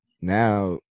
now